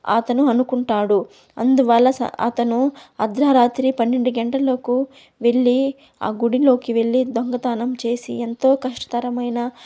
అతను అనుకుంటాడు అందువల్ల స అతను అధ్రరాత్రి పన్నెండు గెంటలకు వెళ్ళి ఆ గుడిలోకి వెళ్ళి దొంగతానం చేసి ఎంతో కష్టతరమైన